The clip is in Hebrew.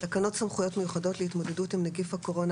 "תקנות סמכויות מיוחדות להתמודדות עם נגיף הקורונה